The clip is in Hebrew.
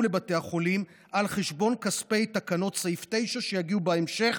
לבתי החולים על חשבון כספי תקנות סעיף 9 שיגיעו בהמשך,